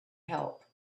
help